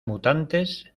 mutantes